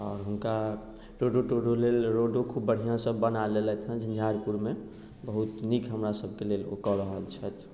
आओर हुनका रोडो तोडो लेल रोडो खूब बढ़िआँ सब बना लेलथि हँ झंझारपुरमे बहुत नीक हमरा सबके लेल ओ कऽ रहल छथि